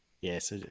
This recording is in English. yes